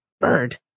bird